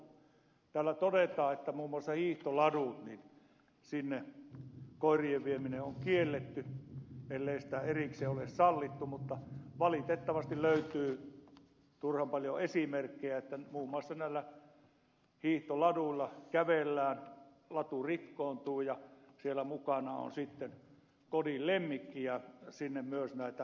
täällä todetaan että muun muassa hiihtoladuille koirien vieminen on kielletty ellei sitä erikseen ole sallittu mutta valitettavasti löytyy turhan paljon esimerkkejä että muun muassa näillä hiihtoladuilla kävellään latu rikkoontuu ja siellä mukana on sitten kodin lemmikki ja sinne myös näitä tarpeita ilmestyy